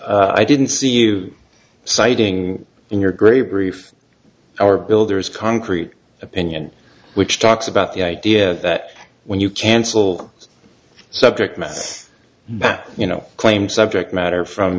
i didn't see you citing in your great grief our bill there is concrete opinion which talks about the idea that when you cancel subject matter that you know claim subject matter from